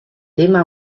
tema